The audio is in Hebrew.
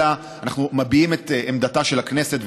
אלא אנחנו מביעים את עמדתה של הכנסת,